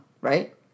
right